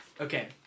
Okay